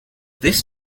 this